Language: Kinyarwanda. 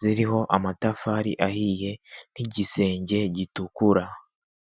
ziriho amatafari ahiye n'igisenge gitukura.